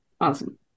awesome